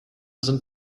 sind